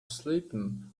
sleeping